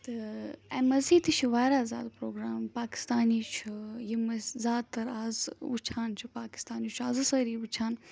تہٕ اَمہِ مزیٖد تہِ چھِ وارِیاہ زیادٕ پرٛوگرام پاکِستانی چھِ یِم أسۍ زیادٕ تَر آز وُچھان چھِ پاکِستان چھُ آزٕ سٲری وٕچھان